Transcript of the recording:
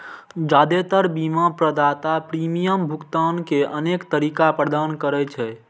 जादेतर बीमा प्रदाता प्रीमियम भुगतान के अनेक तरीका प्रदान करै छै